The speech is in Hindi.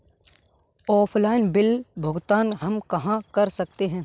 ऑफलाइन बिल भुगतान हम कहां कर सकते हैं?